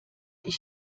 ich